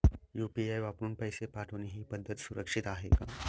UPI वापरून पैसे पाठवणे ही पद्धत सुरक्षित आहे का?